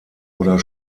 oder